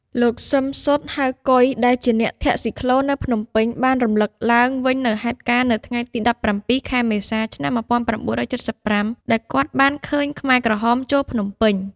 លោក ស៊ឹម សុត ហៅ កុយ ដែលជាអ្នកធាក់ស៊ីក្លូនៅភ្នំពេញ បានរំឭកឡើងវិញនូវហេតុការណ៍ នៅថ្ងៃទី ១៧ ខែមេសា ឆ្នាំ ១៩៧៥ ដែលគាត់បានឃើញខ្មែរក្រហមចូលភ្នំពេញ ។